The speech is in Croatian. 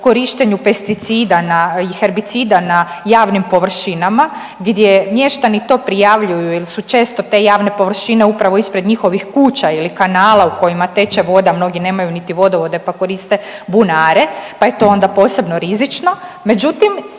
korištenju pesticida na, i herbicida na javnim površinama gdje mještani to prijavljuju ili su često te javne površine upravo ispred njihovih kuća ili kanala u kojima teče voda, mnogi nemaju niti vodovode pa koriste bunare, pa je to onda posebno rizično,